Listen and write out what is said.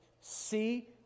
see